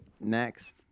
next